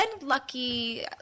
lucky –